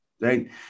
right